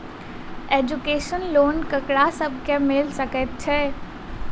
Education loan ककरा सब केँ मिल सकैत छै?